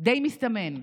די מסתמן.